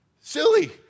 Silly